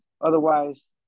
otherwise